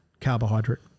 carbohydrate